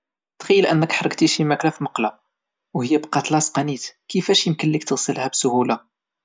تخيل انك حرقتي شي ماكلة فالمقلة، وهي بقات لاصقة نيت كيفاش يمكن ليك تغسلها بسهولة؟